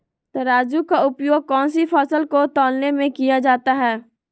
तराजू का उपयोग कौन सी फसल को तौलने में किया जाता है?